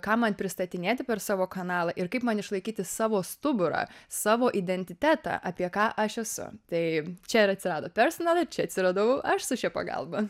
ką man pristatinėti per savo kanalą ir kaip man išlaikyti savo stuburą savo identitetą apie ką aš esu tai čia ir atsirado personal čia atsiradau aš su šia pagalba